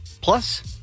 Plus